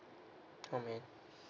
oh man